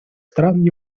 стран